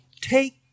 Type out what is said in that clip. take